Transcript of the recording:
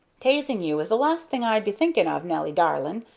t'asing you is the last thing i'd be thinking of, nelly darlin',